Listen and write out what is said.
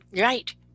Right